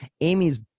amy's